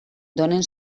donen